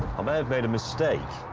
i may have made a mistake.